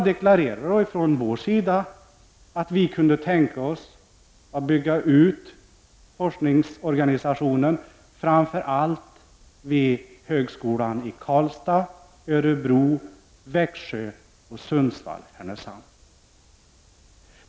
Vi deklarerade från vår sida att vi kunde tänka oss att bygga ut forskningsorganisationen framför allt vid högskolorna i Karlstad, Örebro, Växjö och Sundsvall-Härnösand.